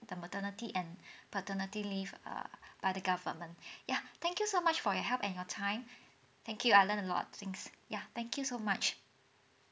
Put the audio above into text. the maternity and paternity leave err by the government ya thank you so much for your help and your time thank you I learn a lot of things ya thank you so much